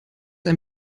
ein